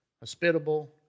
Hospitable